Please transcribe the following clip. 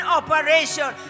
operation